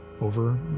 over